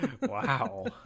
wow